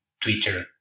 Twitter